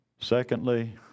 Secondly